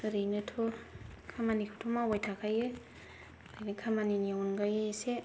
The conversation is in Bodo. ओरैनोथ' खामानिखौथ' मावबाय थाखायो बिदि खामानिनि अनगायै एसे